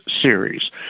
series